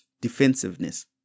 defensiveness